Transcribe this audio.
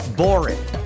boring